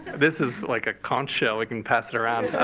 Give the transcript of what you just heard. this is like a conch shell. we can pass it around.